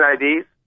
IDs